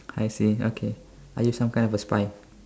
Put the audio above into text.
I see okay are you some kind of a spy